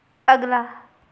ਅਗਲਾ